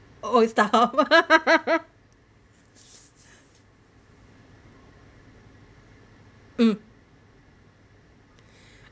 oh Starhub mm